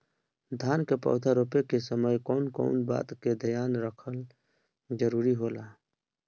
धान के पौधा रोप के समय कउन कउन बात के ध्यान रखल जरूरी होला?